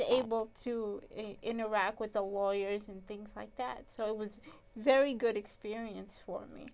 was able to interact with the warriors and things like that so it was very good experience for me